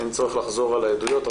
אין צורך לחזור על העדויות.